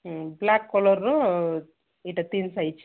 ହୁଁ ବ୍ଲାକ୍ କଲର୍ର ଏଇଟା ତିନ୍ ସାଇଜ୍